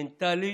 מנטלית,